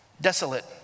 desolate